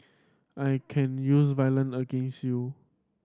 I can use violent against you